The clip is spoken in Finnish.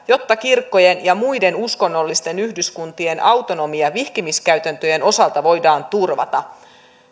jotta kirkkojen ja muiden uskonnollisten yhdyskuntien autonomia vihkimiskäytäntöjen osalta voidaan turvata